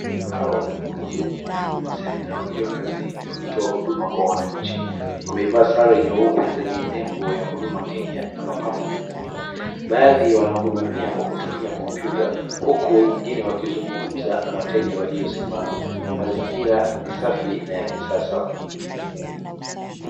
Hao ni wahudumu wa Huduma center wakiwa kazini wakitoa huduma kwa wananchi. Wamevaa sare nyeupe zenye nembo ya Huduma kenya na mapambo mekundu. Baadhi wanahudumia kwa kutumia kompyuta huku wengine wakizungumza na wateja walio simama. Mazingira ni safi na ya kisasa.